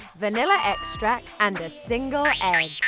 vanilla extract, and a single egg.